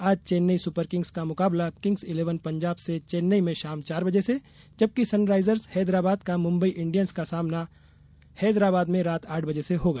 आज Chennai Super Kings का मुकाबला किंग्स इर्लेवन पंजाब से चेन्नई में शाम चार बजे से जबकि सनराइजर्स हैदराबाद का मुंबई इंडियन्स का सामना हैदराबाद में रात आठ बजे से होगा